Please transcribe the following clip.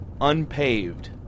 unpaved